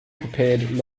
prepared